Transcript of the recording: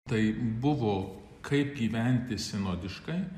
tai buvo kaip gyventi sinodiškai